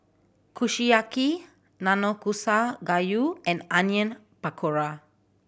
Kushiyaki Nanakusa Gayu and Onion Pakora